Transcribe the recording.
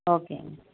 ஓகேங்க